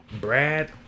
brad